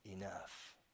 enough